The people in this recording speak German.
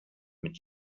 mit